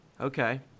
Okay